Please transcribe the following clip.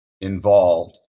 involved